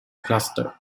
cluster